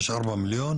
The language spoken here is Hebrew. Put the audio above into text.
יש 4 מיליון,